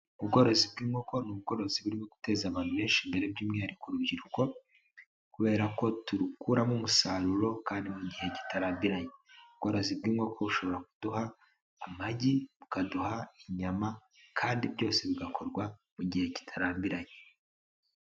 Ubworozi bw'inkoko ni ubworozi burimo guteza abantu benshi imbere by'umwihariko urubyiruko, kubera ko turukuramo umusaruro kandi mu gihe kitararanye. Ubworozi bw'inkoko bushobora kuduha amagi, bukaduha inyama kandi byose bigakorwa mu gihe kitarambiranye.